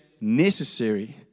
necessary